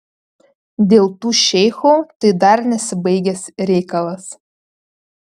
dėl tų šeichų tai dar nesibaigęs reikalas